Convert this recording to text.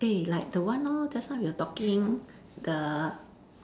eh like the one hor just now you were talking the